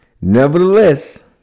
Nevertheless